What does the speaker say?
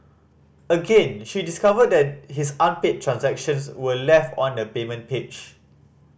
again she discovered that his unpaid transactions were left on the payment page